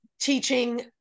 teaching